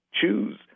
choose